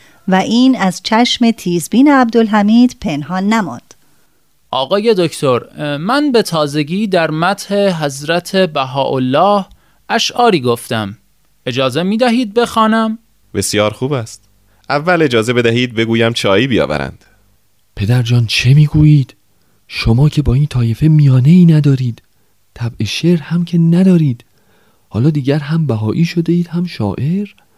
و این از چشم تیزبین عبدالحمید پنهان نماند. آقای دکتر، من به تازگی در مدح حضرت بهاءالله اشعاری گفتم. اجازه می‌دهید بخوانم؟ بسیار خوب است. اول اجازه بدهید بگویم چایی بیاورند. پدرجان، چه می‌گویید؟ شما که با این طایفه میانه‌ای ندارید. طبع شعر هم که ندارید. حالا دیگر هم بهایی شده اید، هم شاعر؟